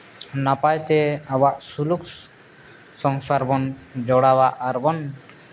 ᱱᱟᱯᱟᱭᱛᱮ ᱟᱵᱚᱣᱟᱜ ᱥᱩᱞᱩᱠ ᱥᱚᱝᱥᱟᱨ ᱵᱚᱱ ᱡᱚᱲᱟᱣᱟ ᱟᱨ ᱵᱚᱱ